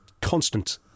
constant